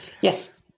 Yes